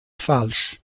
falsch